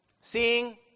Seeing